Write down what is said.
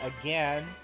again